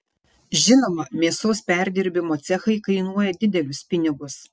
žinoma mėsos perdirbimo cechai kainuoja didelius pinigus